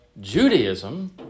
Judaism